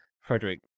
Frederick